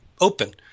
open